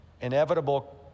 inevitable